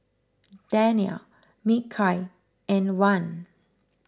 Danial Mikhail and Wan